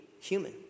human